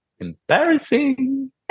embarrassing